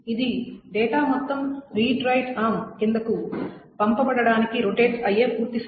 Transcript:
ఇది డేటా మొత్తం read write arm క్రిందకు పంపబడాటానికి రొటేట్ అయ్యే పూర్తి సమయం